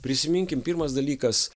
prisiminkim pirmas dalykas